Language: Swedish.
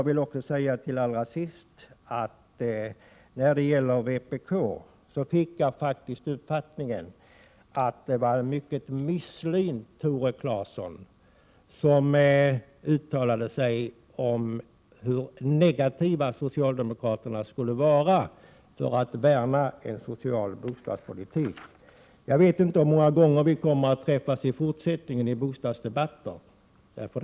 Till sist vill jag säga när det gäller vpk, att jag fick den uppfattningen att det var en mycket misslynt Tore Claeson som uttalade sig om hur negativa socialdemokraterna skulle vara i fråga om att värna en social bostadspolitik. Jag vet inte hur många gånger ytterligare vi kommer att träffas här i bostadsdebatter.